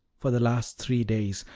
for the last three days,